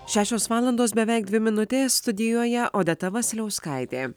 šešios valandos beveik dvi minutės studijoje odeta vasiliauskaitė